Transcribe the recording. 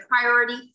priority